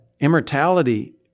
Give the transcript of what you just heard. Immortality